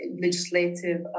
legislative